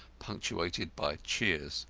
punctuated by cheers.